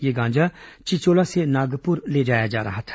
यह गांजा चिचोला से नागपुर ले जाया जा रहा था